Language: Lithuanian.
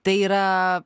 tai yra